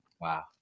Wow